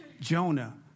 Jonah